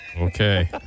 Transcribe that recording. Okay